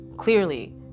Clearly